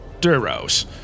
Duros